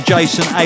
Jason